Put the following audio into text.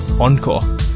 Encore